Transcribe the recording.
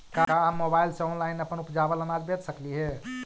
का हम मोबाईल से ऑनलाइन अपन उपजावल अनाज बेच सकली हे?